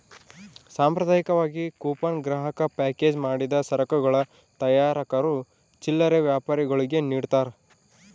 ಸಾಂಪ್ರದಾಯಿಕವಾಗಿ ಕೂಪನ್ ಗ್ರಾಹಕ ಪ್ಯಾಕೇಜ್ ಮಾಡಿದ ಸರಕುಗಳ ತಯಾರಕರು ಚಿಲ್ಲರೆ ವ್ಯಾಪಾರಿಗುಳ್ಗೆ ನಿಡ್ತಾರ